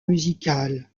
musical